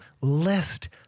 list